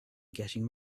getting